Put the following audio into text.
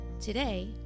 Today